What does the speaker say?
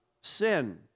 sin